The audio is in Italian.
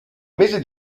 mese